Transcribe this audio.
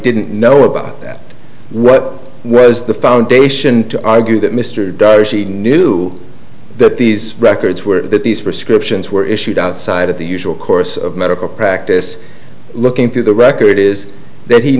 didn't know about that what was the foundation to argue that mr di she knew that these records were that these prescriptions were issued outside of the usual course of medical practice looking through the record is that he